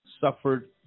suffered